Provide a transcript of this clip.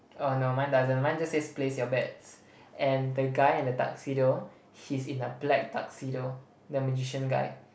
oh no mine doesn't mine just says place your bets and the guy in the tuxedo he's in a black tuxedo the magician guy